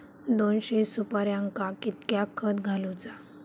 दोनशे सुपार्यांका कितक्या खत घालूचा?